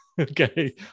Okay